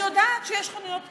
אני יודעת שיש חנויות פתוחות.